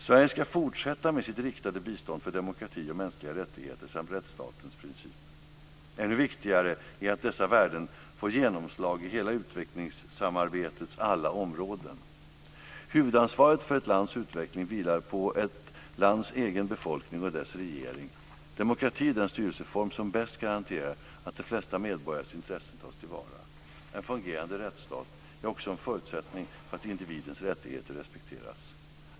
Sverige ska fortsätta med sitt riktade bistånd för demokrati och mänskliga rättigheter samt rättsstatens principer. Ännu viktigare är att dessa värden får genomslag i hela utvecklingssamarbetets alla områden. Huvudansvaret för ett lands utveckling vilar på ett lands egen befolkning och dess regering. Demokrati är den styrelseform som bäst garanterar att de flesta medborgares intressen tas till vara. En fungerande rättsstat är också en förutsättning för att individens rättigheter respekteras.